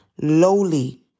lowly